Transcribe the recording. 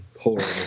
Horrible